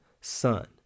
son